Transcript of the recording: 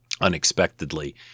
unexpectedly